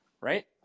Right